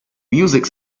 music